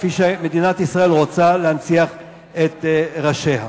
כפי שמדינת ישראל רוצה להנציח את ראשיה.